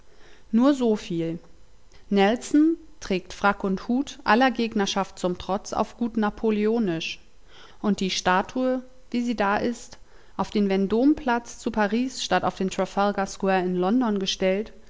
nur so viel nelson trägt frack und hut aller gegnerschaft zum trotz auf gut napoleonisch und die statue wie sie da ist auf den vendome platz zu paris statt auf den trafalgar square in london gestellt